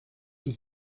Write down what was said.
with